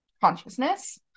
consciousness